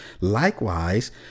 Likewise